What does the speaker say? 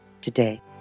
today